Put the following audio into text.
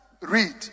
read